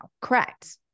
Correct